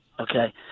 Okay